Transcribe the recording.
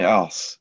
else